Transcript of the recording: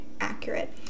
accurate